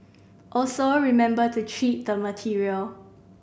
also remember to treat the material